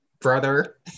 brother